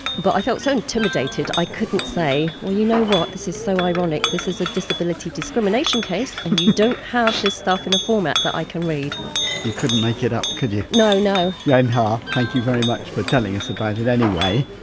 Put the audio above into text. but i felt so intimidated i couldn't say well you know what, this is so ironic, this is a disability discrimination case and you don't have this stuff in a format that i can read you couldn't make it up, could you no, no yuen har, thank you very much for telling us about it anyway.